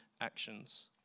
actions